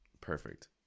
perfect